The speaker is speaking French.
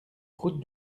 route